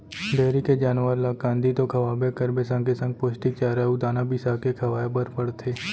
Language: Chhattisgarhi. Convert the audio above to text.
डेयरी के जानवर ल कांदी तो खवाबे करबे संगे संग पोस्टिक चारा अउ दाना बिसाके खवाए बर परथे